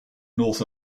north